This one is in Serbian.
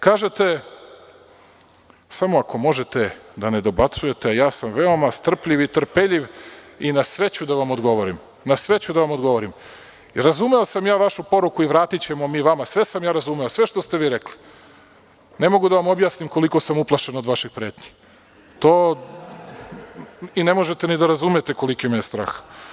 Kažete, samo ako možete da ne dobacujete, ja sam veoma strpljiv i trpeljiv i na sve ću da vam odgovorim, razumeo sam ja vašu poruku i vratićemo mi vama, sve sam ja razumeo, sve što ste vi rekli, ali ne mogu da vam objasnim koliko sam uplašen od vaše pretnje i ne možete ni da razumete koliki me je strah.